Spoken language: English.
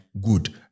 Good